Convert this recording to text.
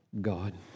God